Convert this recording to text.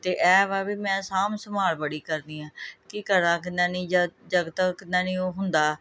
ਅਤੇ ਇਹ ਵਾ ਵੀ ਮੈਂ ਸਾਂਭ ਸੰਭਾਲ ਬੜੀ ਕਰਦੀ ਹਾਂ ਕੀ ਕਰਾਂ ਕਿਨਾ ਨਹੀਂ ਉਹ ਹੁੰਦਾ